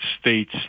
states